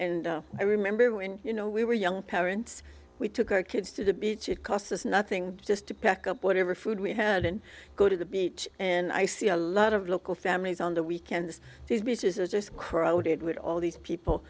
and i remember when you know we were young parents we took our kids to the beach it cost us nothing just to pack up whatever food we had and go to the beach and i see a lot of local families on the weekends these beaches are just crowded with all these people